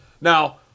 Now